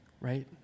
Right